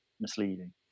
misleading